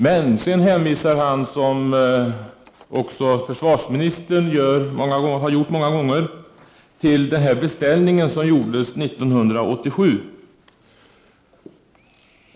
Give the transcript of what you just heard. Men sedan hänvisar han liksom försvarsministern har gjort många gånger till den beställning som gjordes 1987.